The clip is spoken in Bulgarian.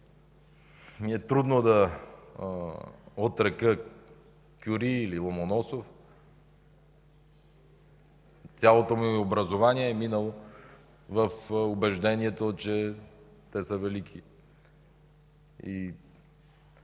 ми е трудно да отрека Кюри или Ломоносов. Цялото ми образование е минало в убеждението, че те са велики.